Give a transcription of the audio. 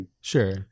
Sure